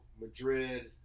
Madrid